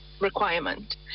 requirement